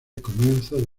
comienzo